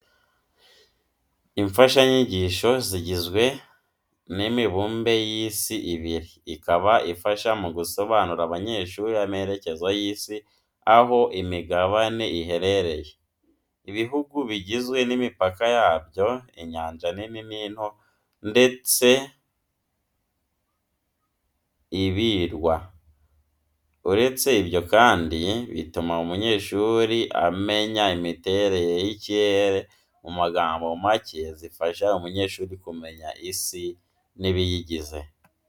Imfashanyigisho zigizwe n'imibumbe y'Isi ibiri. Ikaba ifasha mu gusobanurira abanyeshuri amerekezo y'Isi aho imigabane iherereye, ibihugu bigizwe n'imipaka yabyo, inyanja nini n'into ndetse ibirwa. Uretse ibyo kandi, bituma umunyeshuri amenya imiterere y'ikirere, mu magambo macye zifasha umunyeshuri kumenya Isi n'ibiyigize.